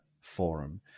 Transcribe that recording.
Forum